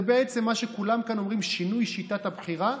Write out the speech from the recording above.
זה בעצם מה שכולם כאן אומרים: שינוי שיטת הבחירה.